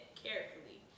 carefully